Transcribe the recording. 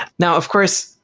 now, of course,